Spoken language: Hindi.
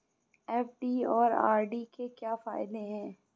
एफ.डी और आर.डी के क्या फायदे हैं?